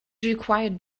required